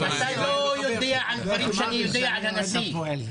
אתה לא יודע דברים שאני יודע על הנשיא.